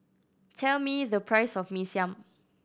tell me the price of Mee Siam